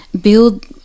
build